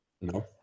No